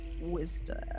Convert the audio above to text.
wisdom